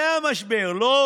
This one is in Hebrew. זה המשבר, לא